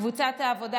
של קבוצת סיעת העבודה,